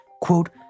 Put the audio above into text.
quote